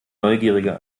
neugierige